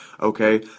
okay